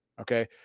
okay